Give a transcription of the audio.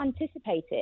anticipated